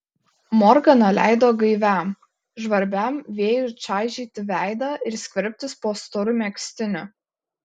morgana leido gaiviam žvarbiam vėjui čaižyti veidą ir skverbtis po storu megztiniu